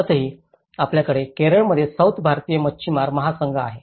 भारतातही आपल्याकडे केरळमध्ये सौथ भारतीय मच्छीमार महासंघ आहे